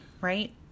right